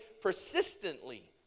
persistently